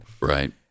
right